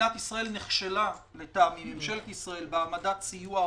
ממשלת ישראל נכשלה לטעמי בהעמדת סיוע הולם,